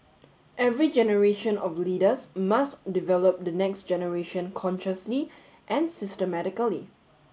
every generation of leaders must develop the next generation consciously and systematically